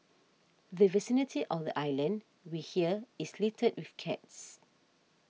the vicinity of the island we hear is littered with cats